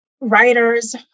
writers